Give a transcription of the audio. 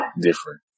different